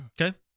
Okay